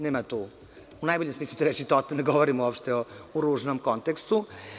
Nema tu, u najboljem smislu reči, ne govorim uopšte u ružnom kontekstu.